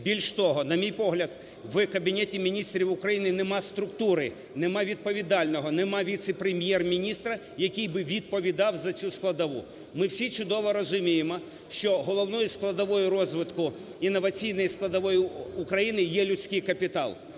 Більш того, на мій погляд, в Кабінеті Міністрів України нема структури, нема відповідального, нема віце-прем’єр-міністра, який би відповідав за цю складову. Ми всі чудово розуміємо, що головною складовою розвитку інноваційної складової України є людський капітал.